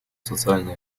социально